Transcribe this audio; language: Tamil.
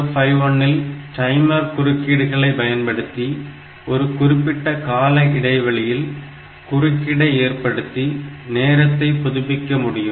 8051 இல் டைமர் குறுக்கீடுகளை பயன்படுத்தி ஒரு குறிப்பிட்ட கால இடைவெளியில் குறுக்கிட்டை ஏற்படுத்தி நேரத்தை புதுப்பிக்க முடியும்